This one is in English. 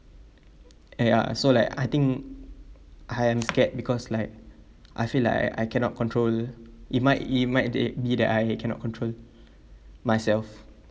and ya so like I think I am scared because like I feel like I I cannot control it might it might be that I cannot control myself